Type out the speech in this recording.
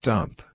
Dump